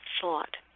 thought